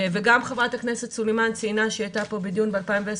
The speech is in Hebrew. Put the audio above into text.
וגם חברת הכנסת סלימאן ציינה שהיא הייתה פה בדיון ב-2010.